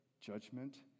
Judgment